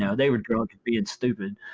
yeah they were drunk and being stupid.